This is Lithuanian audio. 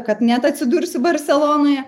kad net atsidursiu barselonoje